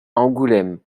angoulême